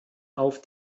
auf